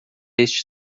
este